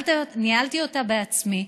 ניהלתי אותה בעצמי.